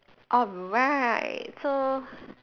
alright so